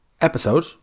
episode